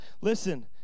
Listen